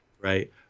Right